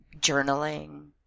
journaling